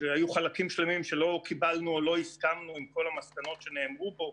שהיו חלקים שלמים שלא קיבלנו או לא הסכמנו עם כל המסקנות שנאמרו בו,